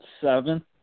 seven